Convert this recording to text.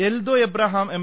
Eldho Abraham M